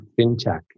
fintech